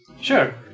Sure